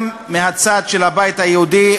גם מהצד של הבית היהודי,